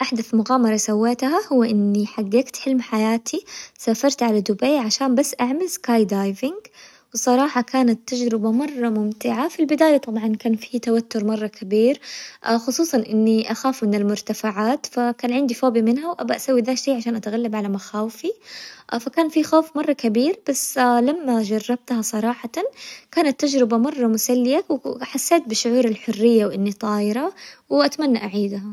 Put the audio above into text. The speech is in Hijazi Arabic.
أحدث مغامرة سويتها هو إني حققت حلم حياتي سافرت على دبي عشان بس أعمل سكاي دايفنج، وصراحة كانت تجربة مرة ممتعة في البداية طبعاً كان في توتر مرة كبير، خصوصاً إني أخاف من المرتفعات فكانت عندي فوبيا منها وأبي أسوي ذا الشي عشان أتغلب على مخاوفي، فكان في خوف مرة كبير بس لما جربتها صراحةً كانت تجربة مرة مسلية وحسيت بشعور الحرية وإني طايرة، وأتمنى أعيدها.